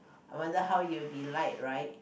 I wonder how it will be like right